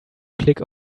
click